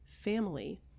family